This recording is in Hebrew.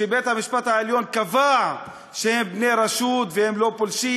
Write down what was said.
ובית-המשפט העליון קבע שהם בני רשות והם לא פולשים.